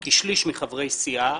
כי שליש מחברי סיעה,